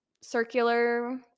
circular